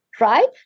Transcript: Right